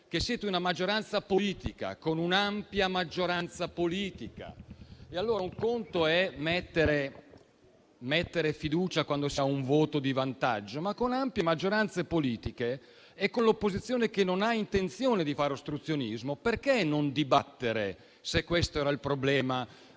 che siete una maggioranza politica, che disponete di un'ampia maggioranza politica. Un conto è porre la fiducia quando si ha un voto di vantaggio, ma con ampie maggioranze politiche e con l'opposizione che non ha intenzione di fare ostruzionismo perché non dibattere, se questo era il problema,